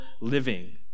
living